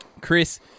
Chris